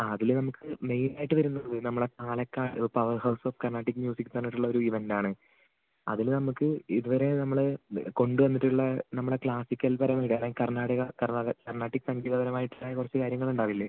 ആ അതിൽ നമുക്ക് മെയിനായിട്ട് വരുന്നത് നമ്മുടെ പാലക്കാട് ഒരു power house of Carnatic music എന്നു പറഞ്ഞിട്ടുള്ള ഒരു ഇവൻ്റാണ് അതിൽ നമുക്ക് ഇതുവരെ നമ്മൾ കൊണ്ടുവന്നിട്ടുള്ള നമ്മുടെ ക്ലാസ്സിക്കൽ പരമായിട്ടുള്ള അല്ലെങ്കിൽ കർണ്ണാടക കർണ്ണാട്ടിക്ക് സംഗീതപരമായിട്ട് ഉണ്ടായ കുറച്ച് കാര്യങ്ങൾ ഉണ്ടാവില്ലേ